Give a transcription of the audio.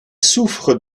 souffre